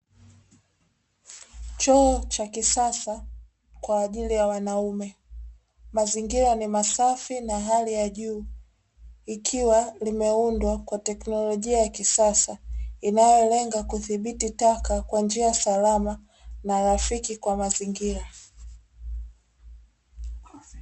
Choo cha kisasa kwa ajili ya wanaume, mazingira ni masafi na hali ya juu, ikiwa limeundwa kwa teknolojia ya kisasa inayolenga kudhibiti taka kwa njia salama na rafiki kwa mazingira.